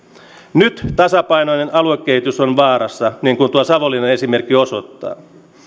nyt tasapainoinen aluekehitys on vaarassa niin kuin tuo savonlinnan esimerkki osoittaa